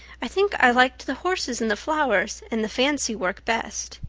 i think i liked the horses and the flowers and the fancywork best.